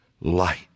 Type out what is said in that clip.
light